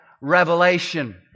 revelation